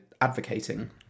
advocating